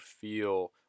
feel